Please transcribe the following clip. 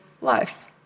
life